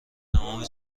تمام